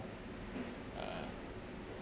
uh